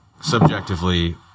subjectively